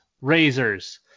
razors